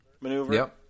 maneuver